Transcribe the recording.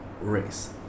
race